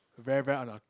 very very unlucky